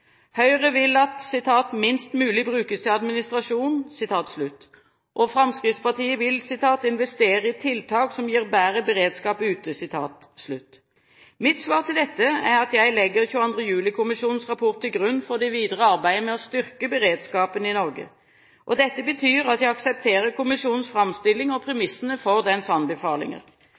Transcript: Høyre og Fremskrittspartiet er kritiske til disse satsingene. Høyre vil at «minst mulig brukes til administrasjon». Fremskrittspartiet vil «investere i tiltak som gir bedre beredskap ute». Mitt svar til dette er at jeg legger 22. juli-kommisjonens rapport til grunn for det videre arbeidet med å styrke beredskapen i Norge. Dette betyr at jeg aksepterer kommisjonens framstilling og premissene for dens anbefalinger.